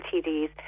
TDs